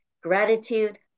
gratitude